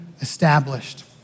established